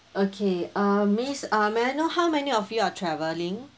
okay uh miss uh may I know how many of you are travelling